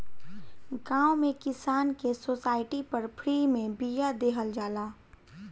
गांव में किसान के सोसाइटी पर फ्री में बिया देहल जाला